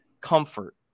comfort